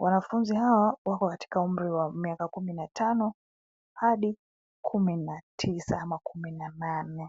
Wanafunzi awa wako katika umri wa miaka kumi na tano hadi kumi na tisa ama kumi na nane.